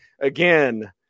again